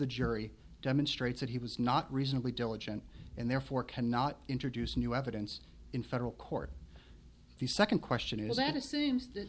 the jury demonstrates that he was not reasonably diligent and therefore cannot introduce new evidence in federal court the second question is that